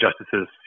justices